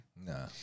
No